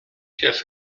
pies